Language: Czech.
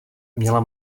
měla